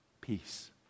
Peace